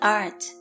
art